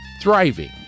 thriving